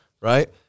right